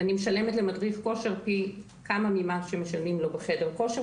ואני משלמת למדריך כושר פי כמה ממה שמשלמים לו בחדר כושר,